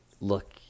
look